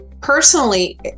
Personally